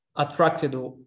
attracted